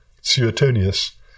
Suetonius